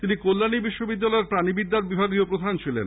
তিনি কল্যাণী বিশ্ববিদ্যায়ের প্রাণীবিদ্যার বিভাগীয় প্রধান ছিলেন